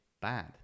bad